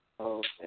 Okay